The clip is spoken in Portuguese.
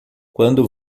quando